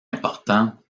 important